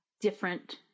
different